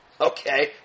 Okay